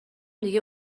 دیگه